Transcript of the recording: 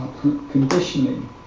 conditioning